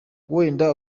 wenda